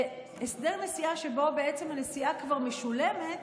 הסדר נסיעה שבו בעצם הנסיעה כבר משולמת,